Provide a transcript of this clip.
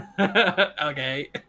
Okay